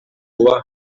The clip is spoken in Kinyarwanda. vuba